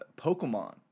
Pokemon